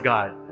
God